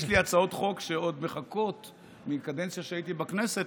יש לי הצעות חוק שעוד מחכות מהקדנציה שהייתי בכנסת